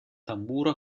tamburo